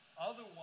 Otherwise